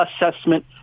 assessment